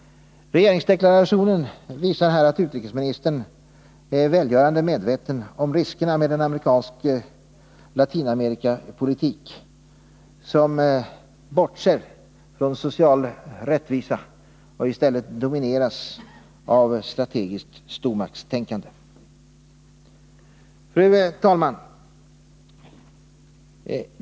Regeringsdeklarationen visar att utrikesministern är välgörande medveten om riskerna med en amerikansk Latinamerikapolitik, som bortser från social rättvisa och i stället domineras av strategiskt stormaktstänkande. Fru talman!